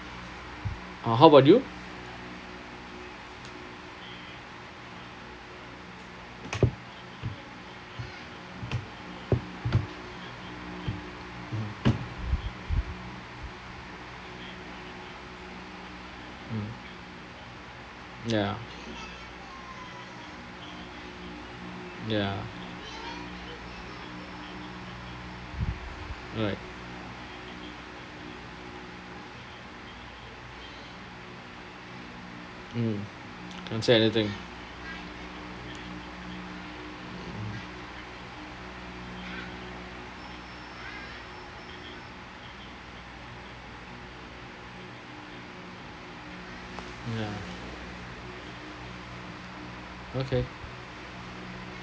uh how about you mm ya ya right mm can't say anything ya okay